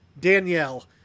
Danielle